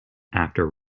after